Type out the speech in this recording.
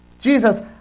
Jesus